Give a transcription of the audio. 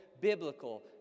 biblical